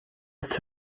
ist